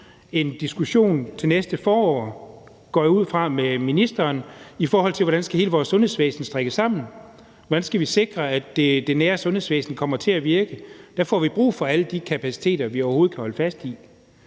en diskussion til næste forår, går jeg ud fra, med ministeren, i forhold til hvordan hele vores sundhedsvæsen skal strikkes sammen. Hvordan skal vi sikre, at det nære sundhedsvæsen kommer til at virke? Der får vi brug for alle de kapaciteter, vi overhovedet kan holde fast i.